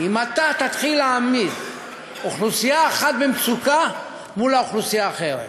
אם אתה תתחיל להעמיד אוכלוסייה אחת במצוקה מול אוכלוסייה אחרת.